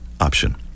option